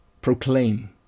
proclaim